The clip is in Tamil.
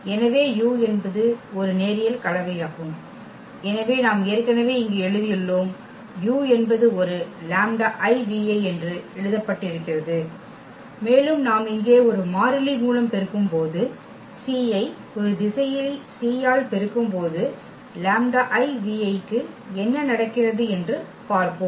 எனவே u என்பது ஒரு நேரியல் கலவையாகும் எனவே நாம் ஏற்கனவே இங்கு எழுதியுள்ளோம் u என்பது ஒரு என்று எழுதப்பட்டிருக்கிறது மேலும் நாம் இங்கே ஒரு மாறிலி மூலம் பெருக்கும்போது c ஐ ஒரு திசையிலி c ஆல் பெருக்கும்போது க்கு என்ன நடக்கிறது என்று பார்ப்போம்